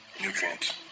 Nutrients